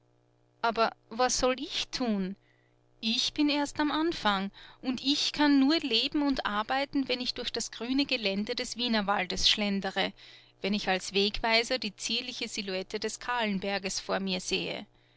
aber was soll ich tun ich bin erst am anfang und ich kann nur leben und arbeiten wenn ich durch das grüne gelände des wienerwaldes schlendere wenn ich als wegweiser die zierliche silhouette des kahlenberges vor mir sehe